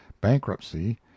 bankruptcy